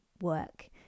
work